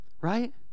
Right